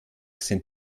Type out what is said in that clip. sind